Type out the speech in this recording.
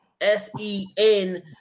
S-E-N